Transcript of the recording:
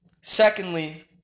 Secondly